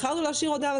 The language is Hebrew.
בחרנו להשאיר הודעה,